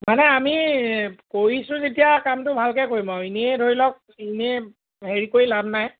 মানে আমি কৰিছোঁ যেতিয়া কামটো ভালকে কৰিম আৰু এনেই ধৰি লওক এনেই হেৰি কৰি লাভ নাই